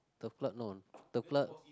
the club know the club